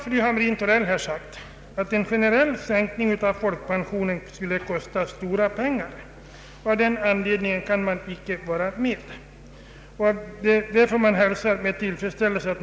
Fru Hamrin-Thorell sade att en generell sänkning av pensionsåldern skulle kosta stora pengar och att hennes parti av den anledningen inte kan vara med om förslaget.